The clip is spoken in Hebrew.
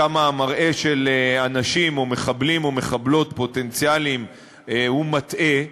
כמה המראה של אנשים או מחבלים או מחבלות פוטנציאליים הוא מטעה,